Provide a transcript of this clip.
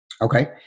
Okay